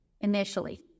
Initially